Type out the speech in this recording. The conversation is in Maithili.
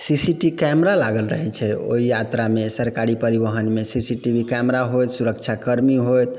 सी सी टी कैमरा लागल रहै छै ओइ यात्रामे सरकारी परिवहनमे C C T V camera होइ सुरक्षाकर्मी होइ